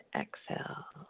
exhale